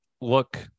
look